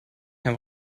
kein